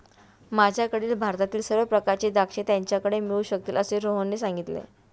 माझ्याकडील भारतातील सर्व प्रकारची द्राक्षे त्याच्याकडे मिळू शकतील असे रोहनने सांगितले